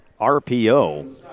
RPO